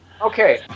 Okay